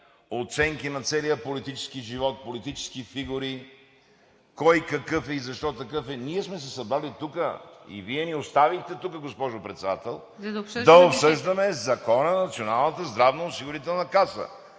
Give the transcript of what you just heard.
оценки на целия политически живот, политически фигури, кой какъв е и защо е такъв. Ние сме се събрали тук, и Вие ни оставихте тук, госпожо Председател, да обсъждаме Закона на Националната здравноосигурителна каса,